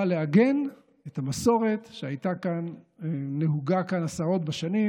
לעגן את המסורת שהייתה נהוגה כאן עשרות בשנים,